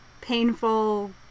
painful